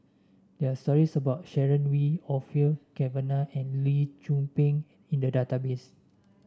there are stories about Sharon Wee Orfeur Cavenagh and Lee Tzu Pheng in the database